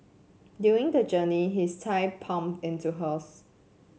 during the journey his thigh bumped into hers